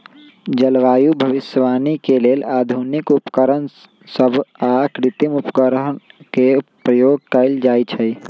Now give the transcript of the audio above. जलवायु भविष्यवाणी के लेल आधुनिक उपकरण सभ आऽ कृत्रिम उपग्रहों के प्रयोग कएल जाइ छइ